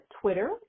Twitter